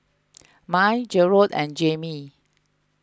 Mai Jerrod and Jamey